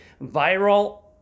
viral